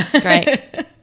great